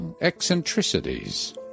eccentricities